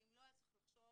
האם לא היה צריך לחשוב